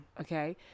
Okay